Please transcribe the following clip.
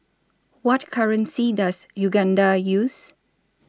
What currency Does Uganda use